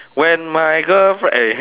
when my girlfri~ eh